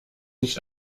nicht